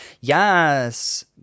yes